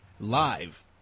live